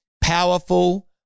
powerful